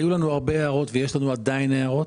היו לנו הרבה הערות, ועדיין יש לנו הערות,